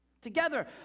Together